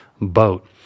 boat